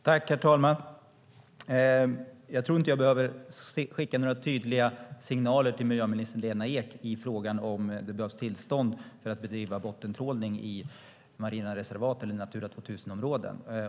Herr talman! Jag tror inte att jag behöver skicka några tydliga signaler till miljöminister Lena Ek i frågan om det behövs tillstånd för att bedriva bottentrålning i de marina reservaten i Natura 2000-områden.